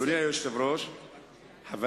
שר הבריאות, שנקרא משום מה סגן שר, חבר